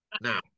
Now